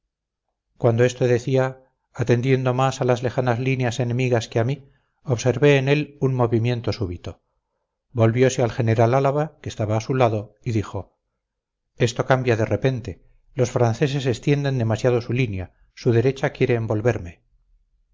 cuando esto decía atendiendo más a las lejanas líneas enemigas que a mí observé en él un movimiento súbito volviose al general álava que estaba a su lado y dijo esto cambia de repente los franceses extienden demasiado su línea su derecha quiere envolverme